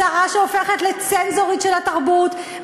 שרה שהופכת לצנזורית של התרבות,